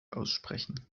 aussprechen